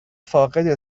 فاقد